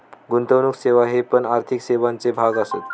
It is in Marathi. गुंतवणुक सेवा हे पण आर्थिक सेवांचे भाग असत